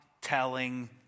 telling